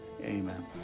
amen